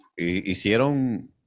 ¿Hicieron